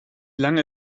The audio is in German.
lange